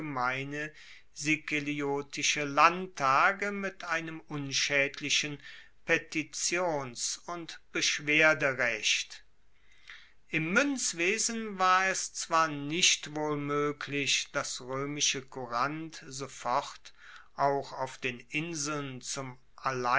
allgemeine sikeliotische landtage mit einem unschaedlichen petitions und beschwerderecht im muenzwesen war es zwar nicht wohl moeglich das roemische courant sofort auch auf den inseln zum